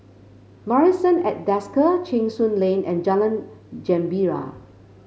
Marrison at Desker Cheng Soon Lane and Jalan Gembira